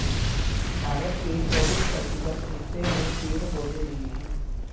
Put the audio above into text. भारत के चौबिस प्रतिशत हिस्से में पेड़ पौधे लगे हैं